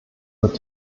wird